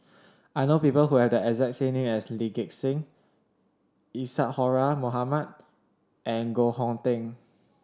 I know people who have the exact name as Lee Gek Seng Isadhora Mohamed and Koh Hong Teng